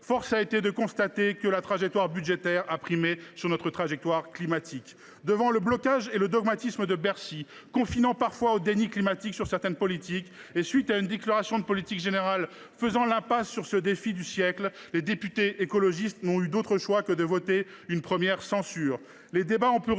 Force a été de constater que la trajectoire budgétaire a primé sur notre trajectoire climatique. Devant le blocage et le dogmatisme de Bercy, confinant parfois au déni climatique et après une déclaration de politique générale qui a fait l’impasse sur le défi du siècle, les députés écologistes n’ont eu d’autre choix que de voter une première censure.